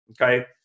Okay